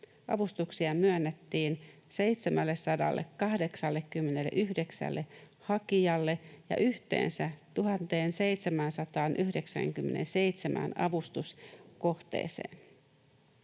Avustuksia myönnettiin 789 hakijalle yhteensä 1 797 avustuskohteeseen.